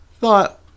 thought